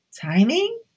Timing